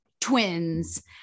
twins